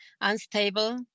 unstable